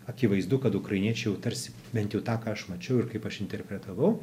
akivaizdu kad ukrainiečiai jau tarsi bent jau tą ką aš mačiau ir kaip aš interpretavau